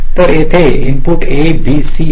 तर येथे input a b c आहेत